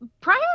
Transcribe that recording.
prior